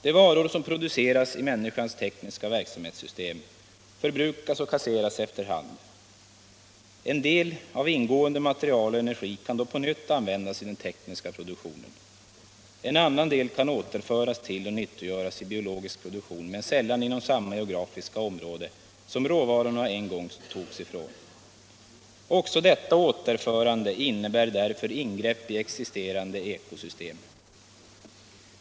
De varor som produceras i människans tekniska verksamhetssystem förbrukas och kasseras efter hand. En del av ingående material och energi kan då på nytt användas i den tekniska produktionen. En annan del kan återföras till och nyttiggöras i biologisk produktion, men sällan inom samma geografiska område som råvarorna en gång togs ut ifrån. Också detta ”återförande” innebär därför ingrepp i existerande ekologiska system.